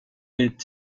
est